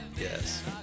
Yes